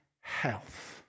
health